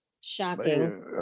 Shocking